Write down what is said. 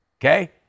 okay